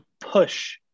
push